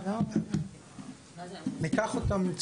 ניקח אותם,